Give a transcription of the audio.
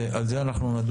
על זה נדון.